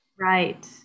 Right